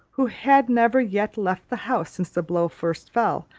who had never yet left the house since the blow first fell,